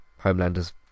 homelander's